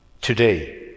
today